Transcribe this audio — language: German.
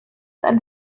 ein